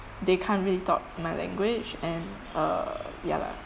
they can't really talk my language and uh ya lah